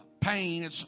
pain